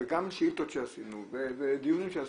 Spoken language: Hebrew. וגם שאילתות שעשינו ודיונים שעשינו,